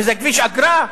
וזה כביש אגרה?